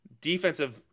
defensive